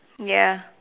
ya